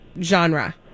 genre